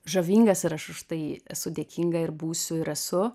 žavingas ir aš už tai esu dėkinga ir būsiu ir esu